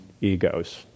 egos